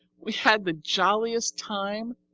we had the jolliest time!